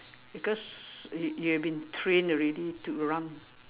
because you you have been trained already to run